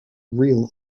real